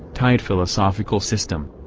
tight philosophical system.